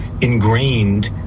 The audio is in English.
ingrained